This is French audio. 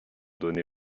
donné